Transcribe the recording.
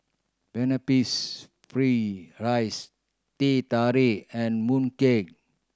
pineapples fried rice Teh Tarik and mooncake